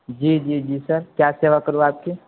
جی جی جی سر کیا سیوا کروں آپ کی